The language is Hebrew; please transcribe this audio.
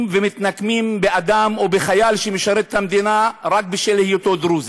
ומתנקמים באדם או בחייל שמשרת את המדינה רק בשל היותו דרוזי.